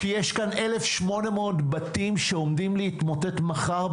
כי יש כאן 1,800 בתים שעומדים להתמוטט מחר,